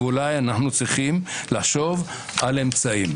ואולי אנחנו צריכים לחשוב על אמצעים.